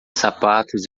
sapatos